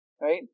right